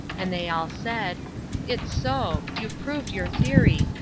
and they all said it's so you've proved your theory,